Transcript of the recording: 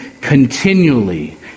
continually